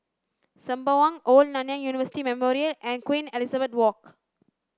Sembawang Old Nanyang University Memorial and Queen Elizabeth Walk